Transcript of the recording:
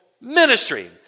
ministry